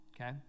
okay